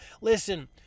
listen